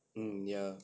mm ya